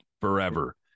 forever